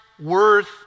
worth